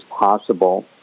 possible